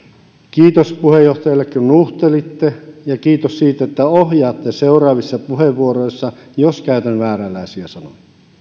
kiitos puheenjohtajalle kun nuhtelitte ja kiitos siitä että ohjaatte seuraavissa puheenvuoroissa jos käytän vääränlaisia sanoja